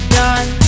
done